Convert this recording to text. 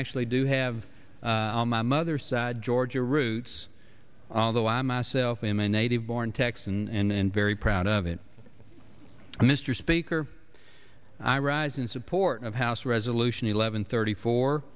actually do have my mother's side georgia roots though i myself am a native born texas and very proud of it mr speaker i rise in support of house resolution eleven thirty four